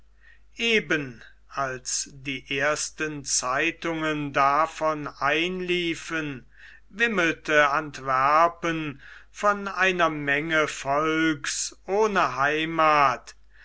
eben als die ersten zeitungen davon einliefen wimmelte antwerpen von einer menge volks ohne heimath